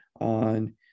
on